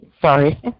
Sorry